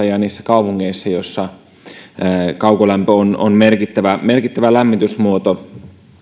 ja niistä kaupungeista joissa kaukolämpö on on merkittävä merkittävä lämmitysmuoto